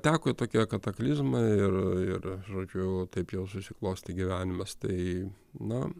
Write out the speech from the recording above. teko tokie kataklizmai ir ir žodžiu taip jau susiklostė gyvenimas tai nu